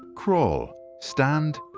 crawl, stand,